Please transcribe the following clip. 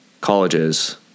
colleges